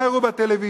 מה הראו בטלוויזיה.